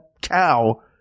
cow